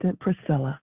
Priscilla